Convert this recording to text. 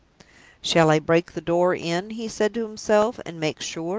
shall i break the door in, he said to himself, and make sure?